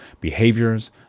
behaviors